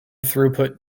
throughput